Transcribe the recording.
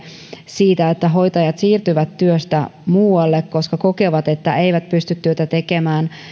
siitä että hoitajat siirtyvät työstä muualle koska kokevat että eivät pysty työtä tekemään